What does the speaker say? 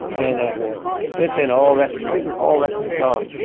and ah since then all that's all that's gone.